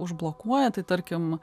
užblokuoja tai tarkim